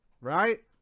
Right